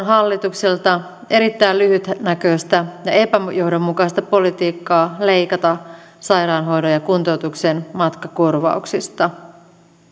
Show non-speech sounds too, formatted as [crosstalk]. [unintelligible] hallitukselta on erittäin lyhytnäköistä ja epäjohdonmukaista politiikkaa leikata sairaanhoidon ja kuntoutuksen matkakorvauksista